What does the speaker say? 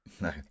No